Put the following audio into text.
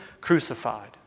crucified